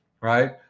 Right